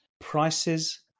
Prices